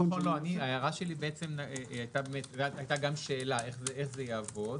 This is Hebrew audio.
ההערה שלי היתה גם שאלה איך זה יעבוד